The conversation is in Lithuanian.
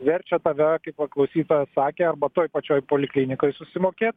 verčia tave kaip va klausytojas sakė arba toj pačioj poliklinikoj susimokėt